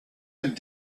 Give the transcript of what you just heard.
and